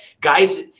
guys